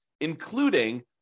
including